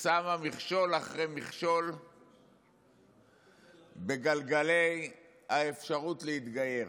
שמה מכשול אחרי מכשול בגלגלי האפשרות להתגייר.